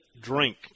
drink